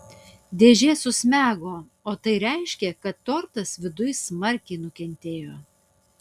dėžė susmego o tai reiškė kad tortas viduj smarkiai nukentėjo